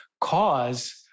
cause